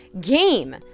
game